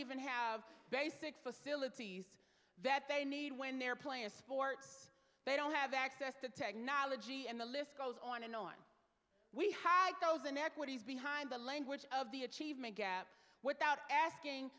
even have basic facilities that they need when they're playing sports they don't have access to technology and the list goes on and on we hike those inequities behind the language of the achievement gap without asking